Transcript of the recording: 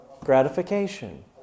gratification